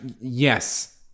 yes